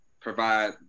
provide